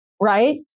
Right